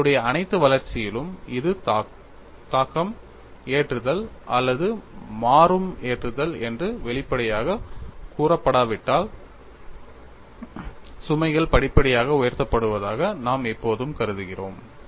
நம்மளுடைய அனைத்து வளர்ச்சியிலும் இது தாக்கம் ஏற்றுதல் அல்லது மாறும் ஏற்றுதல் என்று வெளிப்படையாகக் கூறப்படாவிட்டால் சுமைகள் படிப்படியாக உயர்த்தப்படுவதாக நாம் எப்போதும் கருதுகிறோம்